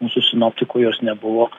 mūsų sinoptikų jos nebuvo